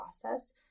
process